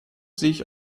sich